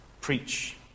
preach